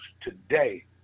today